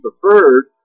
preferred